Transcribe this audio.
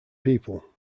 people